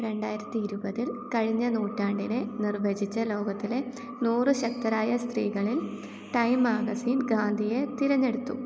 രണ്ടായിരത്തി ഇരുപതിൽ കഴിഞ്ഞ നൂറ്റാണ്ടിനെ നിർവചിച്ച ലോകത്തിലെ നൂറ് ശക്തരായ സ്ത്രീകളിൽ ടൈം മാഗസിൻ ഗാന്ധിയെ തിരഞ്ഞെടുത്തു